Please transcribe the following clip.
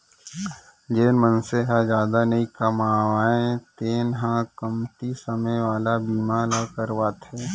जेन मनसे ह जादा नइ कमावय तेन ह कमती समे वाला बीमा ल करवाथे